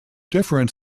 different